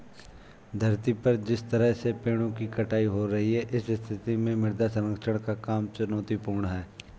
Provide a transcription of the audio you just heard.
धरती पर जिस तरह से पेड़ों की कटाई हो रही है इस स्थिति में मृदा संरक्षण का काम चुनौतीपूर्ण है